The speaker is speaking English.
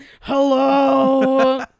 hello